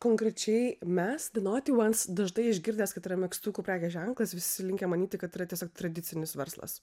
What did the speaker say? konkrečiai mes de noti uans dažnai išgirdęs kad yra megztukų prekės ženklas visi linkę manyti kad yra tiesiog tradicinis verslas